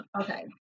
okay